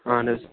اَہَن حظ